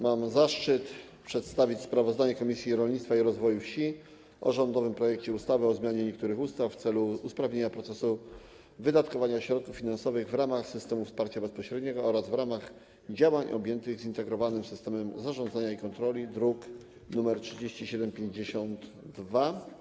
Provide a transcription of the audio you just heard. Mam zaszczyt przedstawić sprawozdanie Komisji Rolnictwa i Rozwoju Wsi o rządowym projekcie ustawy o zmianie niektórych ustaw w celu usprawnienia procesu wydatkowania środków finansowych w ramach systemów wsparcia bezpośredniego oraz w ramach działań objętych zintegrowanym systemem zarządzania i kontroli, druk nr 3752.